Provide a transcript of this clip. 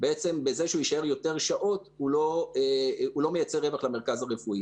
בעצם בזה שהוא יישאר יותר שעות הוא לא מייצר רווח למרכז הרפואי.